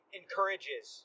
encourages